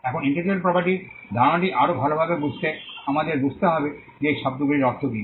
এখন ইন্টেলেকচুয়াল প্রপার্টির ধারণাটি আরও ভালভাবে বুঝতে আমাদের বুঝতে হবে যে এই শব্দগুলির অর্থ কী